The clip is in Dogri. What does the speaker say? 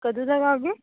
तुस कदूं तक्कर औगे